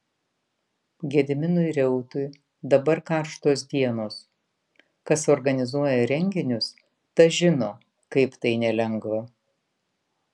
gediminui reutui dabar karštos dienos kas organizuoja renginius tas žino kaip tai nelengva